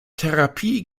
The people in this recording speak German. therapie